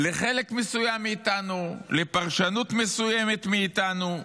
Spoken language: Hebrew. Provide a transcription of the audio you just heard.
לחלק מסוים מאיתנו, לפרשנות מסוימת מאיתנו.